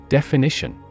Definition